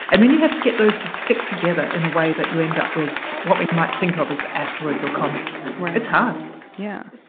and then you have to get those to stick together in a way that you end up with what we might think of as asteroids or comets right it's hard yeah.